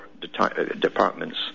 departments